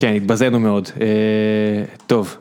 כן, התבזינו מאוד. טוב.